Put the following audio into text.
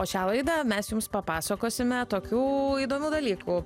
o šią laidą mes jums papasakosime tokių įdomių dalykų